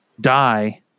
die